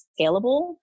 scalable